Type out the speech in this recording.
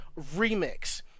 remix